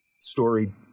story